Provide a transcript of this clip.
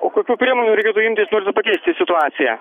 o kokių priemonių reikėtų imtis norint pakeisti situaciją